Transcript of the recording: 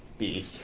b.